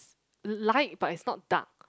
light but it's not dark